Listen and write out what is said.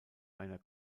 einer